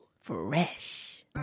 Fresh